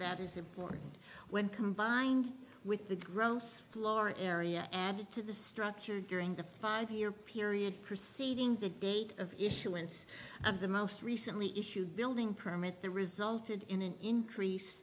that is important when combined with the gross floor area added to the structure during the five year period proceeding the date of issuance of the most recently issued building permit the resulted in an increase